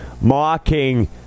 mocking